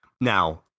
Now